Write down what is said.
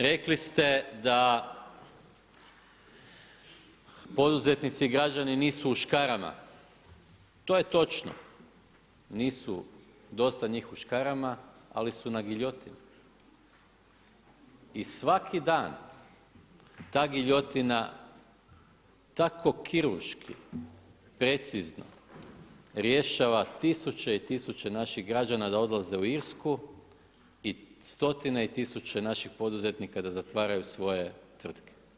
Rekli ste da poduzetnici i građani nisu u škarama, to je točno nisu dosta njih u škarama, ali su na giljotini i svaki dan, ta giljotina, tako kirurški, precizno rješava 1000 i 1000 naših građana da odlaze u Irsku i stotine tisuće naših poduzetnika da zatvaraju svoje tvrtke.